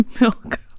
milk